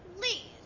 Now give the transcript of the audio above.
Please